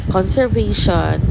Conservation